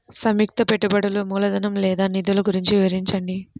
సంయుక్త పెట్టుబడులు మూలధనం లేదా నిధులు గురించి వివరించండి?